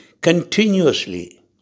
continuously